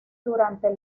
durante